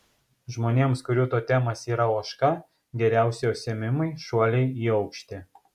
žmonėms kurių totemas yra ožka geriausi užsiėmimai šuoliai į aukštį